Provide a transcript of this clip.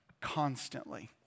constantly